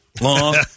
long